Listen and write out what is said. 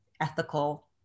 ethical